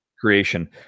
creation